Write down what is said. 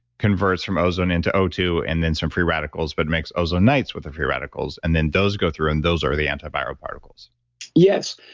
converts from ozone into o two, and then some free radicals but makes ozonides with the free radicals. and then those go through, and those are the antiviral particles yes.